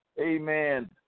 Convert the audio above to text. Amen